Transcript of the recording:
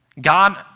God